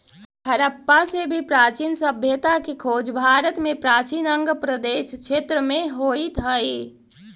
हडप्पा से भी प्राचीन सभ्यता के खोज भारत में प्राचीन अंग प्रदेश क्षेत्र में होइत हई